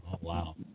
Wow